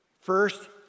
First